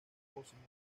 fósiles